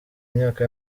myaka